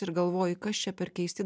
ir galvoji kas čia per keisti